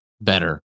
better